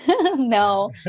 No